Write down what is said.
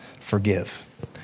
forgive